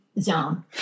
zone